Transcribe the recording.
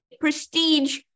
prestige